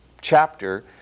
chapter